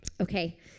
Okay